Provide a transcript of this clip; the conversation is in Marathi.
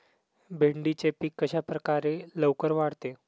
भेंडीचे पीक कशाप्रकारे लवकर वाढते?